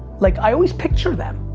like i always picture them,